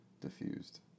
diffused